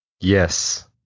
Yes